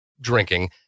drinking